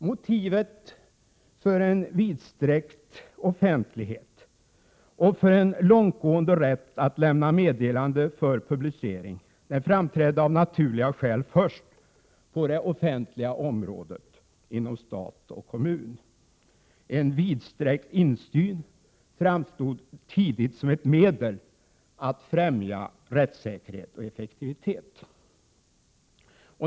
Motivet för en vidsträckt offentlighet och för en långtgående rätt att lämna meddelanden för publicering framträdde av naturliga skäl först på det offentliga området, alltså inom stat och kommun. En vidsträckt insyn framstod tidigt som ett medel att främja rättssäkerhet och effektivitet.